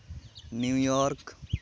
New York